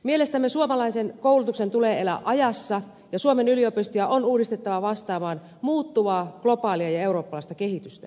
mielestämme suomalaisen koulutuksen tulee elää ajassa ja suomen yliopistoja on uudistettava vastaamaan muuttuvaa globaalia ja eurooppalaista kehitystä